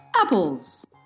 Apples